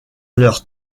leurs